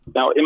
Now